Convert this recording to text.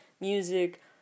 music